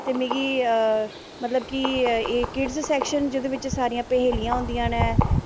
ते मिगी मतबव कि किड़स सैक्शन जेह्दे बिच्च पहेलियां होंदियां न